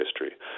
history